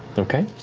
okay.